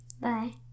Bye